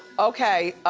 okay,